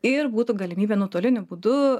ir būtų galimybė nuotoliniu būdu